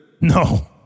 No